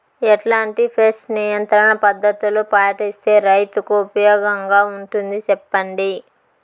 ఎట్లాంటి పెస్ట్ నియంత్రణ పద్ధతులు పాటిస్తే, రైతుకు ఉపయోగంగా ఉంటుంది సెప్పండి?